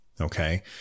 Okay